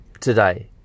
today